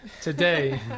today